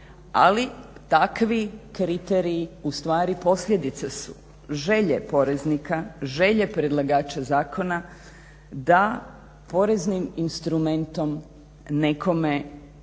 Ali takvi kriteriji ustvari posljedica su želje poreznika, želje predlagača zakona da poreznim instrumentom nekome